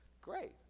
great